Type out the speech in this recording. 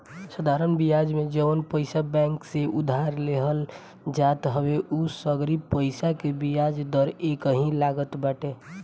साधरण बियाज में जवन पईसा बैंक से उधार लेहल जात हवे उ सगरी पईसा के बियाज दर एकही लागत बाटे